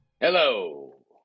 Hello